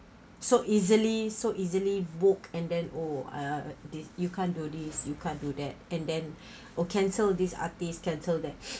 so easily so easily book and then oh uh did you can't do this you can't do that and then or cancel this artist cancel that